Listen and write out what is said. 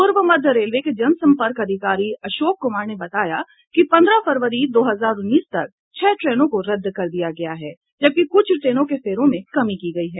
पूर्व मध्य रेलवे के जनसम्पर्क अधिकारी अशोक कुमार ने बताया कि पन्द्रह फरवरी दो हजार उन्नीस तक छह ट्रेनों को रद्द किया गया है जबकि कुछ ट्रेनों के फेरों में कमी की गयी है